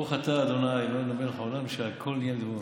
ברוך אתה ה' אלוהינו מלך העולם שהכול נהיה בדברו.